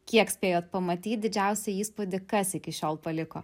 kiek spėjot pamatyt didžiausią įspūdį kas iki šiol paliko